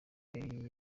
yari